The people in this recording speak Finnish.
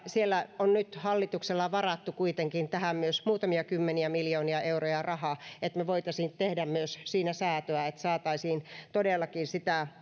siellä on nyt hallituksella varattu kuitenkin tähän muutamia kymmeniä miljoonia euroja rahaa että me voisimme tehdä myös siinä säätöä että saataisiin todellakin